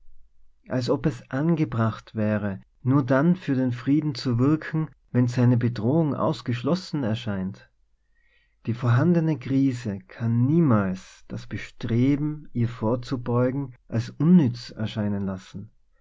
als ob es angebracht wäre nur dann für den frieden zu wirken wenn seine bedrohung ausgeschlossen erscheint die vorhandene krise kann niemals das bestreben ihr vorzubeugen als unnütz erscheinen lassen